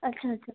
अच्छा अच्छा